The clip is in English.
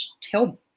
tell